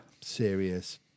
serious